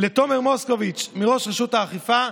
לתומר מוסקוביץ', ראש רשות האכיפה.